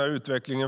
utveckling.